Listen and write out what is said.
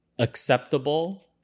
acceptable